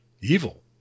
evil